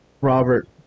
Robert